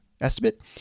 estimate